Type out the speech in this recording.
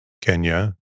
Kenya